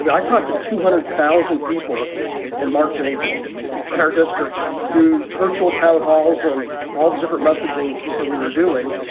i talked to two hundred thousand people in march and april in our district through virtual town halls and all the different messaging that we were doing.